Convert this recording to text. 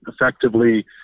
effectively